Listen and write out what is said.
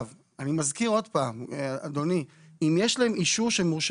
אני מזכיר שוב שאם יש לכם אישור של מורשה